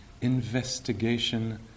investigation